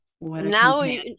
now